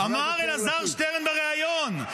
אמר אלעזר שטרן בריאיון,